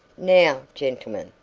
now, gentlemen,